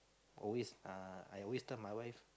always uh I always tell my wife